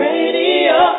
Radio